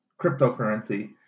cryptocurrency